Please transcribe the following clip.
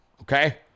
Okay